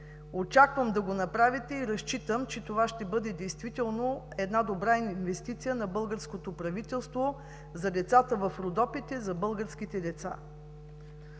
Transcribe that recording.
Очаквам да го направите и разчитам, че това ще бъде действително добра инвестиция на българското правителство за децата в Родопите, за българските деца.